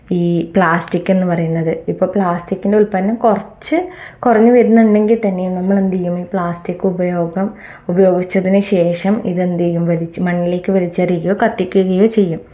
ഈ പ്ലാസ്റ്റിക് എന്ന് പറയുന്നത് ഇപ്പോൾ പ്ലാസ്റ്റിക്കിൻ്റെ ഉത്പ്പനം കുറച്ച് കുറഞ്ഞു വരുന്നുണ്ടെങ്കിൽ തന്നെയും നമ്മളെന്തു ചെയ്യും ഈ പ്ലസ്റ്റിക് ഉപയോഗം ഉപയോഗിച്ചതിന് ശേഷം ഇതെന്തു ചെയ്യും വലിച്ച് മണ്ണിലേക്ക് വലിച്ചെറിയുകയോ കത്തിക്കുകയോ ചെയ്യും